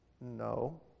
No